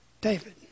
David